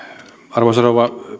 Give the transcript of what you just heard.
arvoisa rouva